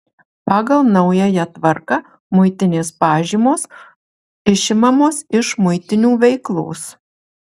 pagal naująją tvarką muitinės pažymos išimamos iš muitinių veiklos